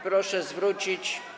Proszę zwrócić.